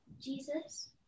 jesus